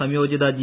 സംയോജിത ജി